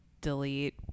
delete